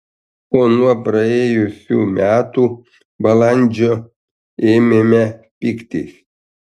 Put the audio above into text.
o nuo praėjusių metų balandžio ėmėme pyktis